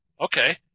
Okay